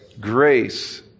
grace